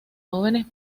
jóvenes